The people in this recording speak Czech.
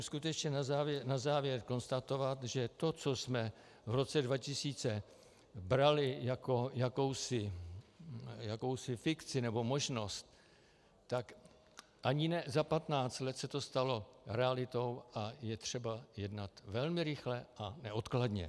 Skutečně musím na závěr konstatovat, že to, co jsme v roce 2000 brali jako jakousi fikci nebo možnost, tak ani ne za 15 let se to stalo realitou a je třeba jednat velmi rychle a neodkladně.